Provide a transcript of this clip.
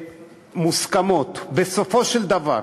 שמוסכמות בסופו של דבר